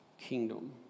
kingdom